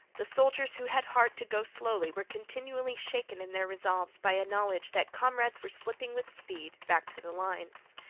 the soldiers who had heart to go slowly were continually shaken in their resolves by a knowledge that comrades were slipping with speed back to the lines.